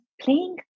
playing